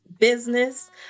business